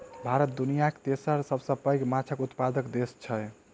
भारत दुनियाक तेसर सबसे पैघ माछक उत्पादक देस छै